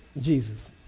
Jesus